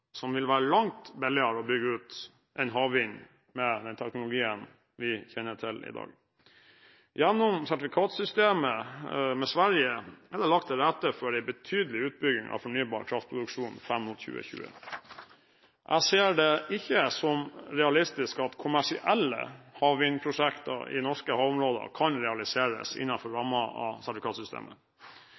som vil være langt billigere å bygge ut enn havvind med den teknologien vi kjenner til i dag. Gjennom sertifikatsystemet med Sverige er det lagt til rette for en betydelig utbygging av fornybar kraftproduksjon fram mot 2020. Jeg ser det ikke som realistisk at kommersielle havvindprosjekter i norske havområder kan realiseres innenfor rammen av sertifikatsystemet.